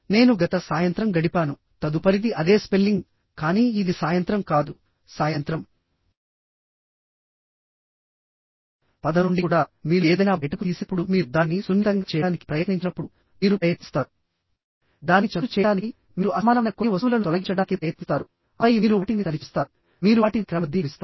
నేను గత సాయంత్రం గడిపాను తదుపరిది అదే స్పెల్లింగ్ కానీ ఇది సాయంత్రం కాదు సాయంత్రం పదం నుండి కూడా మీరు ఏదైనా బయటకు తీసినప్పుడు మీరు దానిని సున్నితంగా చేయడానికి ప్రయత్నించినప్పుడుమీరు ప్రయత్నిస్తారు దానిని చదును చేయడానికిమీరు అసమానమైన కొన్ని వస్తువులను తొలగించడానికి ప్రయత్నిస్తారు ఆపై మీరు వాటిని సరిచేస్తారు మీరు వాటిని క్రమబద్ధీకరిస్తారు